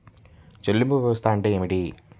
చెల్లింపు వ్యవస్థ అంటే ఏమిటి?